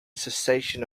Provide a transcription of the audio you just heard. cessation